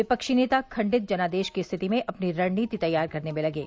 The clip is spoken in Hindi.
विफ्षी नेता खंडित जनादेश की स्थिति में अपनी रणनीति तैयार करने में लगे